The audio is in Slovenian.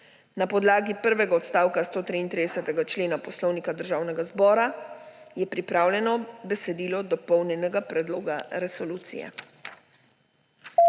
Na podlagi prvega odstavka 133. člena Poslovnika Državnega zbora je pripravljeno besedilo dopolnjenega predloga resolucije.